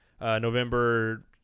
November